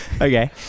Okay